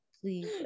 please